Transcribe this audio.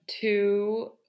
two